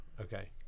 Okay